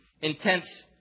intense